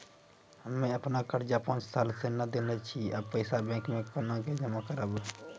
हम्मे आपन कर्जा पांच साल से न देने छी अब पैसा बैंक मे कोना के जमा करबै?